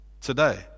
today